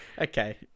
Okay